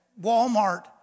Walmart